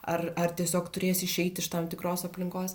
ar ar tiesiog turės išeiti iš tam tikros aplinkos